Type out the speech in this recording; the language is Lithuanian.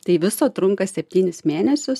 tai viso trunka septynis mėnesius